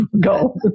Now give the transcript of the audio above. Go